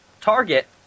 target